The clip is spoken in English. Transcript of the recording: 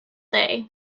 day